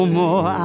more